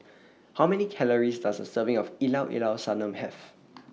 How Many Calories Does A Serving of Llao Llao Sanum Have